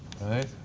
right